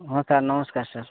ହଁ ସାର୍ ନମସ୍କାର ସାର୍